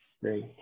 Great